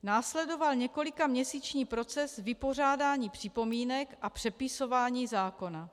Následoval několikaměsíční proces vypořádání připomínek a přepisování zákona.